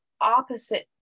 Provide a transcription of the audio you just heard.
opposite